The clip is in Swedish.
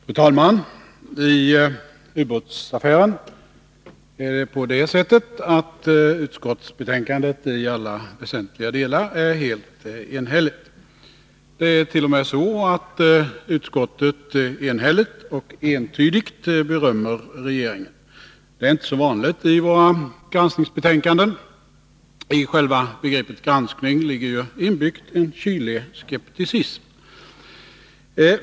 Fru talman! När det gäller ubåtsaffären är utskottsbetänkandet i alla väsentliga delar helt enhälligt. Det är t.o.m. så att utskottet enhälligt och entydigt berömmer regeringen. Det är inte så vanligt i våra granskningsbetänkanden. I själva begreppet granskning ligger ju inbyggt en kylig skepticism.